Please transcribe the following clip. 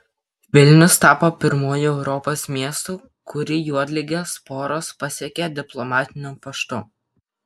vilnius tapo pirmuoju europos miestu kurį juodligės sporos pasiekė diplomatiniu paštu